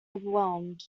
overwhelmed